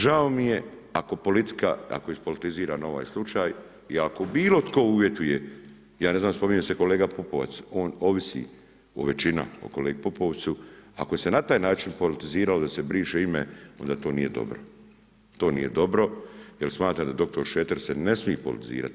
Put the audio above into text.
Žao mi je ako politika, ako je ispolitiziran ovaj slučaj i ako bilo tko uvjetuje, ja ne znam, spominje se kolega Pupovac, on ovisi o većina o kolegi Pupovcu, ako se na taj način politiziralo da se briše ime, onda to nije dobro, to nije dobro jer smatram da dr. Šreter se ne smije politizirat.